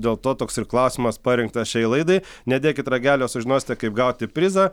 dėl to toks ir klausimas parinktas šiai laidai nedėkit ragelio sužinosite kaip gauti prizą